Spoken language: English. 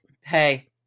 hey